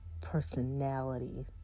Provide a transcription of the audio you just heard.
personality